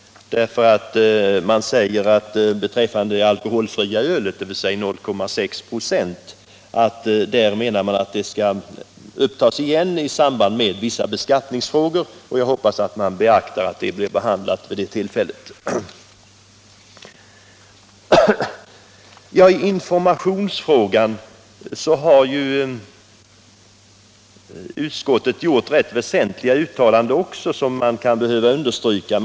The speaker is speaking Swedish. Utskottet utgår ifrån att frågan om lättöl med högst 0,6 viktprocent alkohol kommer att tas upp igen i samband med vissa beskattningsfrågor, och jag hoppas att så blir fallet. I informationsfrågan har utskottet gjort väsentliga uttalanden, som förtjänar att understrykas.